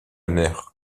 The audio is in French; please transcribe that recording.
mer